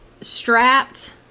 strapped